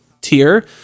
tier